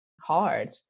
hard